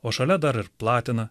o šalia dar ir platina